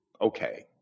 Okay